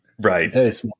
right